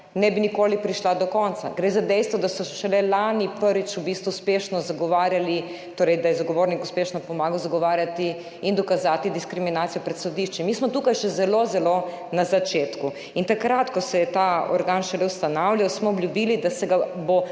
ne bi nikoli prišle do konca. Gre za dejstvo, da so šele lani prvič v bistvu uspešno zagovarjali, torej da je zagovornik uspešno pomagal zagovarjati in dokazati diskriminacijo pred sodišči. Mi smo tukaj še zelo, zelo na začetku. In takrat, ko se je ta organ šele ustanavljal, smo obljubili, da se ga bo